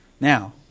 Now